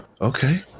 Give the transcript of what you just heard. Okay